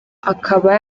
akaba